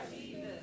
Jesus